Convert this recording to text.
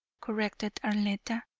corrected arletta,